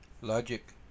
Logic